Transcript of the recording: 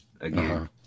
again